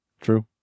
true